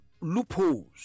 loopholes